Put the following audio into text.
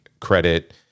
credit